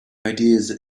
ideas